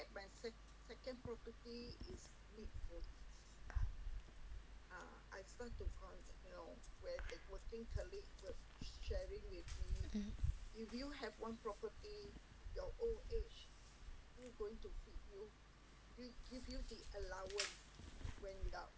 mm